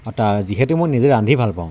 তা যিহেতু মই নিজে ৰান্ধি ভাল পাওঁ